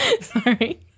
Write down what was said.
Sorry